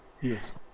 Yes